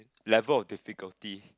level of difficulty